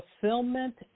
fulfillment